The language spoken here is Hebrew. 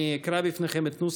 אנדרי קוז'ינוב,